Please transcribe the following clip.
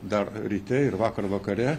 dar ryte ir vakar vakare